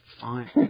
Fine